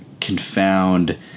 confound